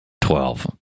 Twelve